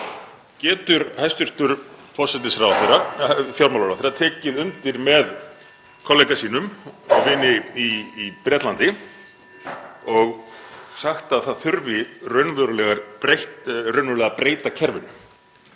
Getur hæstv. fjármálaráðherra tekið undir með kollega sínum og vini í Bretlandi og sagt að það þurfi raunverulega að breyta kerfinu?